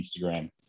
Instagram